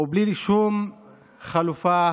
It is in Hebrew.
ובלי שום חלופה